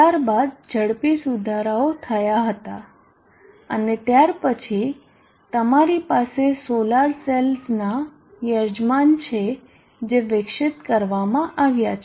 ત્યાર બાદ ઝડપી સુધારાઓ થયા હતા અને ત્યાર પછી તમારી પાસે સોલાર સેલ્સનાં યજમાન છે જે વિકસિત કરવામાં આવ્યા છે